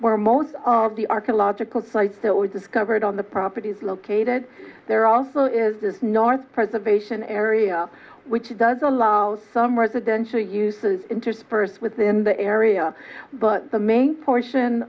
where most of the archaeological sites that were discovered on the property is located there also is this north preservation area which does allow some residential use interspersed within the area but the main portion